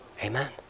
Amen